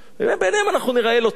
בעיניהם ניראה לא טוב,